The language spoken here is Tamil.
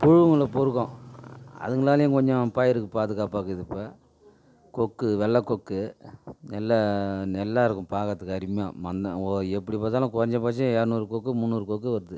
புழுங்களை பொறுக்கும் அதுங்களாலையும் கொஞ்சம் பயிருக்கு பாதுகாப்பாக இருக்குது இப்போ கொக்கு வெள்ளை கொக்கு நல்ல நல்லா இருக்கும் பார்க்கறதுக்கு அருமையாக மண்ணை ஓ எப்படி பார்த்தாலும் கொறஞ்ச பட்சம் இரநூறு கொக்கு முந்நூறு கொக்கு வருது